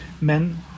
men